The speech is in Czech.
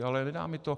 Ale nedá mi to.